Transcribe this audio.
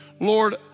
Lord